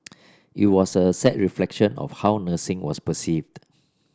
it was a sad reflection of how nursing was perceived